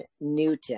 Newton